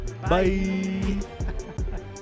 Bye